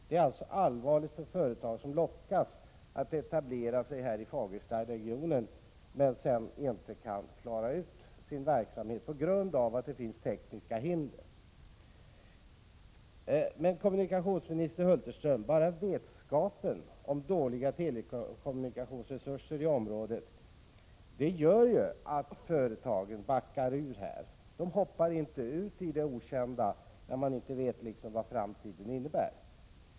Det är alltså allvarligt för företag som lockas att etablera sig i Fagerstaregionen men sedan inte kan klara sin verksamhet på grund av tekniska hinder. Bara vetskapen om dåliga telekommunikationsresurser i området gör ju, kommunikationsministern, att företagen drar sig ur. De hoppar inte ut i det okända, när de inte vet vad framtiden innebär.